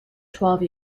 twelve